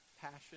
Passion